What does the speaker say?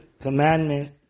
commandment